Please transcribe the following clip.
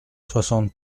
soixante